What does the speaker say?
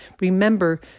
Remember